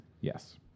Yes